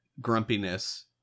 grumpiness